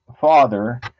father